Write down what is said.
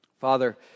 Father